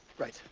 right.